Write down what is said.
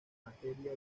materia